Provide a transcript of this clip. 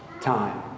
time